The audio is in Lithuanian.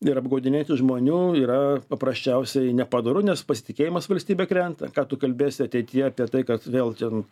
ir apgaudinėti žmonių yra paprasčiausiai nepadoru nes pasitikėjimas valstybe krenta ką tu kalbėsi ateityje apie tai kad vėl ten